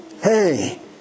Hey